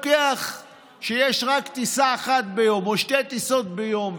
כשיש רק טיסה אחת ביום או שתי טיסות ביום,